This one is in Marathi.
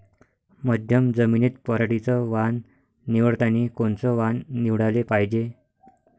मध्यम जमीनीत पराटीचं वान निवडतानी कोनचं वान निवडाले पायजे?